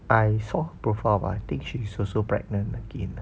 I saw her profile but I think she's also pregnant again ah